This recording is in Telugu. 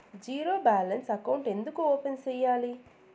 జీరో బ్యాలెన్స్ అకౌంట్లు ఎందుకు ఓపెన్ సేయాలి